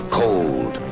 cold